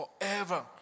Forever